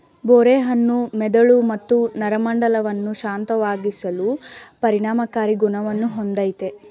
ಬೋರೆ ಹಣ್ಣು ಮೆದುಳು ಮತ್ತು ನರಮಂಡಲವನ್ನು ಶಾಂತಗೊಳಿಸುವ ಪರಿಣಾಮಕಾರಿ ಗುಣವನ್ನು ಹೊಂದಯ್ತೆ